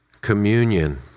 communion